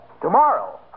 Tomorrow